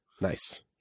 Nice